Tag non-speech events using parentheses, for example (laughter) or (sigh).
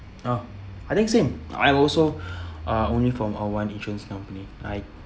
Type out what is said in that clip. oh I think same I also (breath) uh only from our one insurance company I